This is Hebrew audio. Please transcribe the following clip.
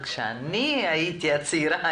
וכשאני הייתי הצעירה,